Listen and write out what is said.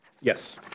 Yes